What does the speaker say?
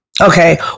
Okay